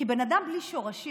כי בן אדם בלי שורשים,